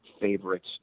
favorites